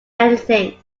anything